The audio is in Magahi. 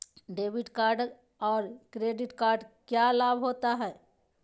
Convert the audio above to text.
डेबिट कार्ड और क्रेडिट कार्ड क्या लाभ होता है?